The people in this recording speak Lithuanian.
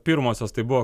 pirmosios tai buvo